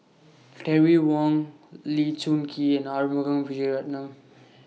Terry Wong Lee Choon Kee and Arumugam Vijiaratnam